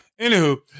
Anywho